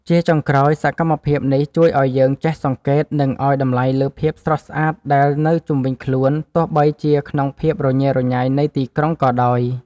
ជាចុងក្រោយ សកម្មភាពនេះជួយឱ្យយើងចេះសង្កេត និងឱ្យតម្លៃលើភាពស្រស់ស្អាតដែលនៅជុំវិញខ្លួន ទោះបីជាក្នុងភាពរញ៉េរញ៉ៃនៃទីក្រុងក៏ដោយ។